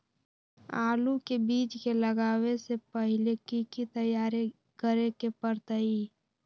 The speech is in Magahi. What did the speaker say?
आलू के बीज के लगाबे से पहिले की की तैयारी करे के परतई?